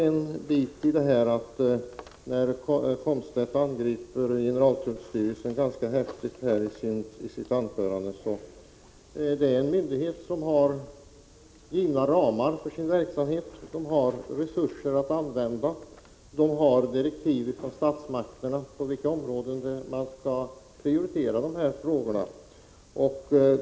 Eftersom Wiggo Komstedt angrep generaltullstyrelsen ganska häftigt i sitt anförande vill jag säga att generaltullstyrelsen är en myndighet som har givna ramar för sin verksamhet, resurser att använda och direktiv från statsmakterna om vilka områden man skall prioritera.